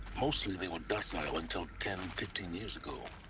mostly they were docile until ten, fifteen years ago